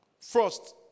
First